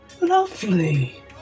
Lovely